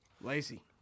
Lazy